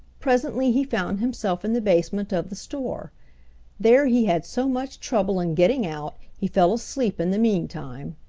presently he found himself in the basement of the store there he had so much trouble in getting out he fell asleep in the meantime.